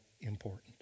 important